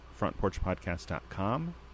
frontporchpodcast.com